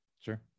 sure